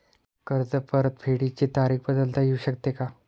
कर्ज परतफेडीची तारीख बदलता येऊ शकते का?